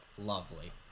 lovely